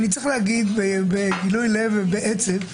אני צריך להגיד בגילוי לב ובעצב,